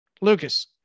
Lucas